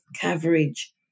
coverage